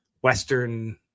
Western